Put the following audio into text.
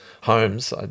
Homes